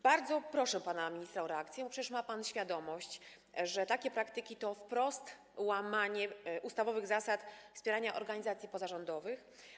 Bardzo proszę pana ministra o reakcję, bo przecież ma pan świadomość, że takie praktyki to wprost łamanie ustawowych zasad wspierania organizacji pozarządowych.